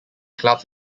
clubs